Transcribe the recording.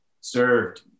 served